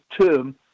term